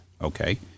Okay